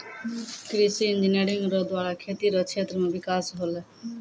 कृषि इंजीनियरिंग रो द्वारा खेती रो क्षेत्र मे बिकास होलै